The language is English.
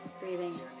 Breathing